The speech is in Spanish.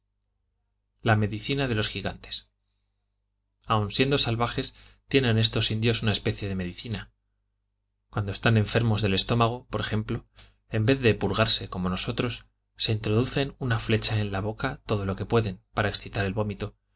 la medicina de los gigantes aun siendo salvajes tienen estos indios una especie de medicina cuando están enfermos del estómago por ejemplo en vez de purgarse como nosotros se introducen una flecha en la boca todo lo que pueden para excitar el vómito